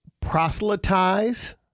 proselytize